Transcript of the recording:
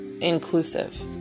inclusive